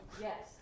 Yes